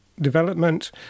development